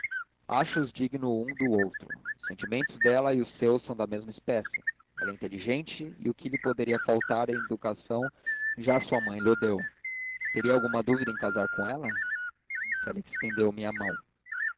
acho os dignos um do outro os sentimentos dela e os seus são da mesma espécie ela é inteligente e o que lhe poderia faltar em educação já sua mãe lho deu teria alguma dúvida em casar com ela félix estendeu-me a mão